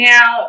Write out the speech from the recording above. Now